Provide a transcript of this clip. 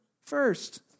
first